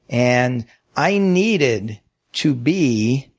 and i needed to be